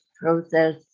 process